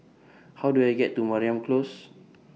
How Do I get to Mariam Close